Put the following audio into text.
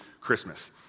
Christmas